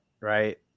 right